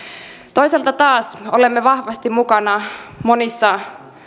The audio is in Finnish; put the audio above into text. toisaalta taas olemme vahvasti mukana monissa